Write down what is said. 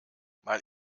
mal